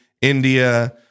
India